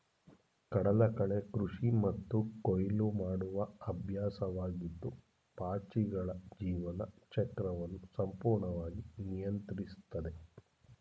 ಕಡಲಕಳೆ ಕೃಷಿ ಮತ್ತು ಕೊಯ್ಲು ಮಾಡುವ ಅಭ್ಯಾಸವಾಗಿದ್ದು ಪಾಚಿಗಳ ಜೀವನ ಚಕ್ರವನ್ನು ಸಂಪೂರ್ಣವಾಗಿ ನಿಯಂತ್ರಿಸ್ತದೆ